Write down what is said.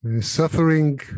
suffering